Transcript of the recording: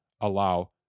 allow